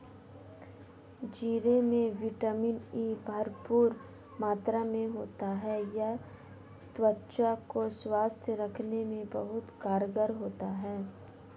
जीरे में vitamin E भरपूर मात्रा में होता है यह त्वचा को स्वस्थ रखने में बहुत कारगर होता है